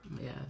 Yes